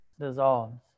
dissolves